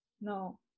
No